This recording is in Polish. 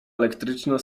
elektryczna